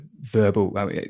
verbal